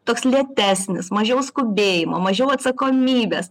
toks lėtesnis mažiau skubėjimo mažiau atsakomybės